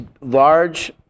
large